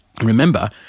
remember